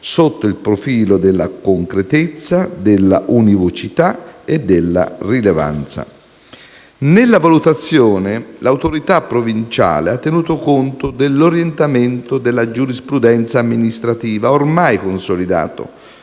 sotto il profilo della concretezza, della univocità e della rilevanza. Nella valutazione l'autorità provinciale ha tenuto conto dell'ormai consolidato orientamento della giurisprudenza amministrativa, secondo